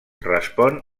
respon